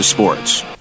Sports